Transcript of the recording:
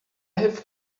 have